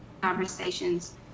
conversations